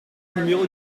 numéro